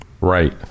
Right